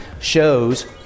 Shows